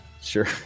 Sure